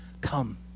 come